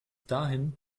dahin